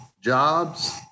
jobs